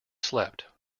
slept